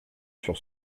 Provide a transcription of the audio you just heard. sur